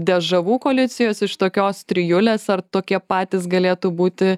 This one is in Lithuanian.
dežavu koalicijos iš tokios trijulės ar tokie patys galėtų būti